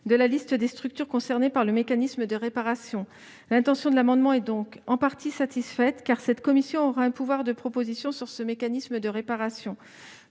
de la liste des structures concernées par le mécanisme de réparation. L'objet de l'amendement est donc en partie satisfait, car cette commission aura un pouvoir de proposition relativement